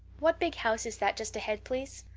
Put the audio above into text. what big house is that just ahead, please?